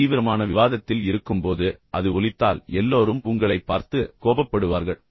ஒரு தீவிரமான விவாதத்தில் இருக்கும்போது அது ஒலிக்கும் என்றால் எல்லோரும் உங்களைப் பார்த்து கோபப்படுவார்கள்